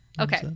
okay